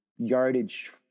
yardage